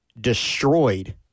destroyed